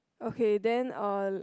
okay then uh